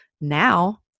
Now